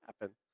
happen